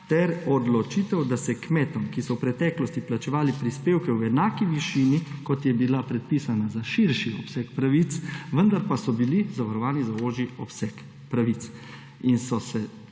ter odločitev, da se je kmetom, ki so v preteklosti plačevali prispevke v enaki višini, kot je bila predpisana za širši obseg pravic, vendar pa so bili zavarovani za ožji obseg pravic, njihov